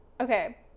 Okay